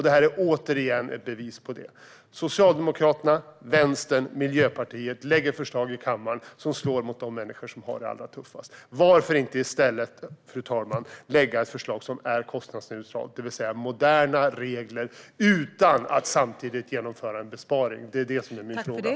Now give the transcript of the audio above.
Det här är åter ett bevis på det. Socialdemokraterna, Vänstern och Miljöpartiet lägger fram förslag i kammaren som slår mot de människor som har det allra tuffast. Varför inte i stället lägga fram ett förslag som är kostnadsneutralt, det vill säga införa moderna regler utan att samtidigt genomföra en besparing?